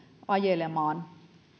ajelemaan